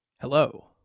Hello